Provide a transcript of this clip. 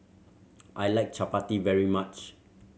I like Chapati very much